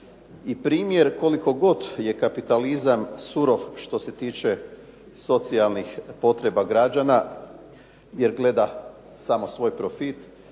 i primjer koliko god je kapitalizam surov što se tiče socijalnih potreba građana, jer gleda samo svoj profit,